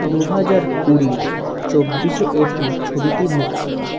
দুহাজার কুড়ির চব্বিশে এপ্রিল ছবিটি মুক্তি পায়